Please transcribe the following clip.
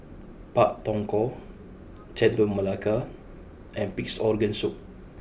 Pak Thong Ko Chendol Melaka and Pig'S Organ Soup